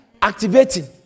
Activating